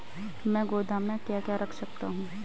मैं गोदाम में क्या क्या रख सकता हूँ?